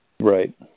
Right